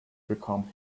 become